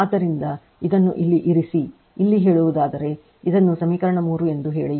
ಆದ್ದರಿಂದ ಇದನ್ನು ಇಲ್ಲಿ ಇರಿಸಿ ಇಲ್ಲಿ ಹೇಳುವುದಾದರೆ ಇದನ್ನು ಸಮೀಕರಣ 3 ಎಂದು ಹೇಳಿ